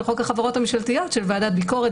חוק החברות הממשלתיות של ועדת ביקורת,